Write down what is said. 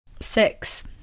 Six